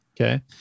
Okay